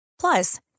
Plus